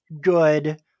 good